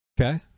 Okay